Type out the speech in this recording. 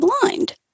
blind